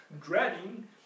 dreading